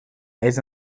ijs